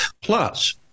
Plus